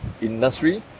industry